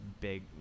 big